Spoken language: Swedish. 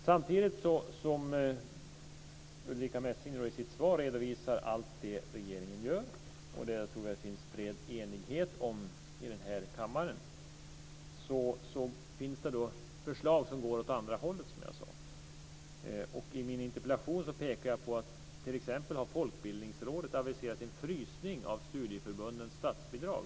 Samtidigt som Ulrica Messing i sitt svar redovisar allt som regeringen gör - jag tror att det finns en bred enighet om det i den här kammaren - finns det förslag som går åt andra hållet, som jag sade. I min interpellation pekar jag t.ex. på att Folkbildningsrådet har aviserat en frysning av studieförbundens statsbidrag.